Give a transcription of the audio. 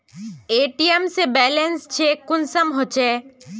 ATM से balance check कुंसम होचे?